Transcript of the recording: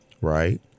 right